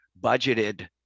budgeted